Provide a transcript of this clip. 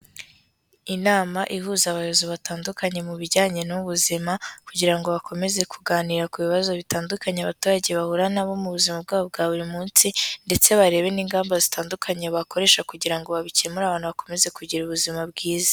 Inama ihuza abayobozi batandukanye mu bijyanye n'ubuzima kugira ngo bakomeze kuganira ku bibazo bitandukanye abaturage bahura na bo mu buzima bwabo bwa buri munsi ndetse barebe n'ingamba zitandukanye bakoresha kugira ngo babikemure abantu bakomeze kugira ubuzima bwiza.